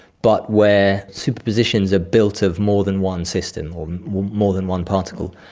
but where superpositions are built of more than one system or more than one particle.